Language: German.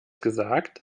gesagt